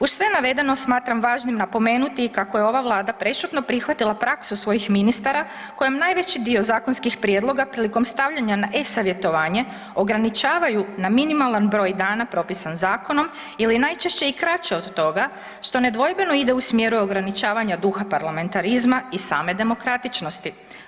Uz sve navedeno smatram važnim napomenuti i kako je ova vlada prešutno prihvatila praksu svojih ministara kojem najveći dio zakonskih prijedloga prilikom stavljanja na e-savjetovanje ograničavaju na minimalan broj dana propisan zakonom ili najčešće i kraće od toga što nedvojbeno ide u smjeru ograničavanja duha parlamentarizma i same demokratičnosti.